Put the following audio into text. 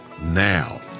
now